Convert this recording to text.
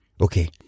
Okay